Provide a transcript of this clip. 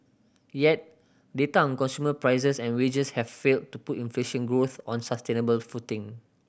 yet data on consumer prices and wages have failed to put inflation growth on sustainable footing